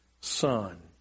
Son